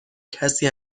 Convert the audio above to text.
کسی